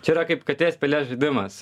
čia yra kaip katės pelės žaidimas